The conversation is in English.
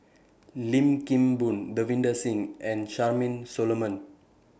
Lim Kim Boon Davinder Singh and Charmaine Solomon